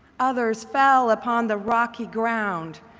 others fell upon the rocky ground.